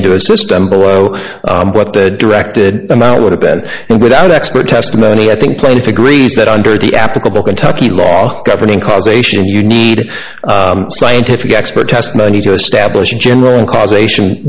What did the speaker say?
into a system below what the directed amount would have been and without expert testimony i think plaintiff agrees that under the applicable kentucky law governing causation you need scientific expert testimony to establish general causation